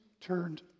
turned